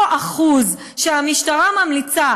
אותו 1% שהמשטרה ממליצה